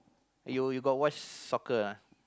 you you got watch soccer ah